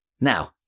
Now